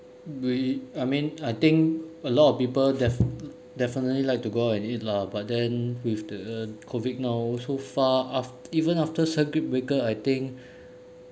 we I mean I think a lot of people def~ definitely like to go out and eat lah but then with the COVID now so far af~ even after circuit breaker I think